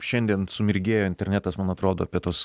šiandien sumirgėjo internetas man atrodo apie tuos